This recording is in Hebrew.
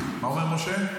מה אומר משה?